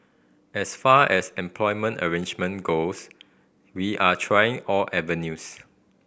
as far as employment arrangement goes we are trying all avenues